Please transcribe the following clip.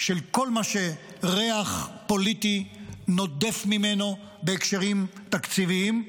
של כל מה שריח פוליטי נודף ממנו בהקשרים תקציביים.